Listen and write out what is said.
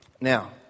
Now